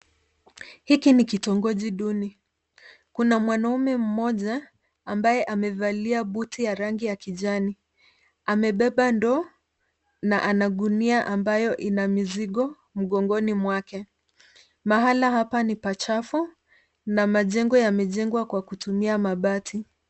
Hiki ni kitongoji duni, kuna mwanaume mmoja, ambaye amevalia boti ya rangi ya kijani. Amebeba ndoo, na ana gunia ambayo ina mizigo mgongoni mwake. Mahala hapa ni pachafu, na majengo yamejengwa kutumia mabati.